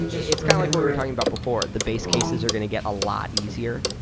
it's kind of like what we were talking about before. the base cases are going to get a lot easier,